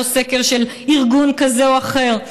לא סקר של ארגון כזה או אחר,